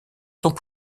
sont